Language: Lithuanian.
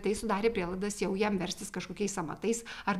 tai sudarė prielaidas jau jam verstis kažkokiais amatais ar